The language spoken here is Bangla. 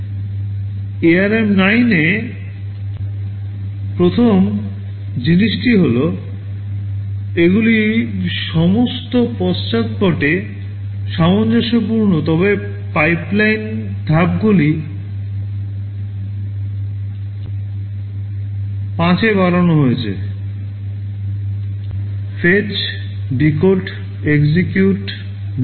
ARM 9 এ প্রথম জিনিসটি হল এগুলি সমস্ত পশ্চাদপটে সামঞ্জস্যপূর্ণ তবে পাইপলাইন ধাপগুলি 5 এ বাড়ানো হয়েছে fetch decode execute memory write